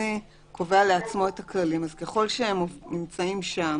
הנשיא קובע לעצמו את כללים, אז ככל שהם נמצאים שם,